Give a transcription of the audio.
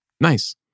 Nice